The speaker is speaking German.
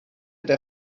der